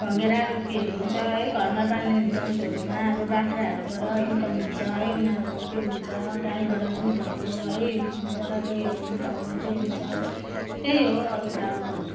भङ्गेरा रुपीहरू हुन्छ है घरमा पालिने जन्तुहरूमा अब बाख्राहरूबाट इनकम हुन्छ है उनीहरूको त्यो हुन्छ गाईबाट दुधहरू है बाट त्यहीहरू इनकमहरू त्यही हुन्छ त्यही हो अरू त अब